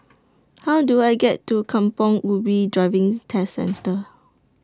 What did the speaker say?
How Do I get to Kampong Ubi Driving Test Centre